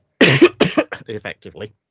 Effectively